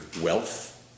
wealth